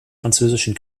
französischen